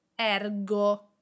ergo